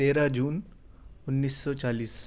تیرہ جون انیس سو چالیس